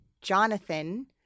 Jonathan